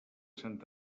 sant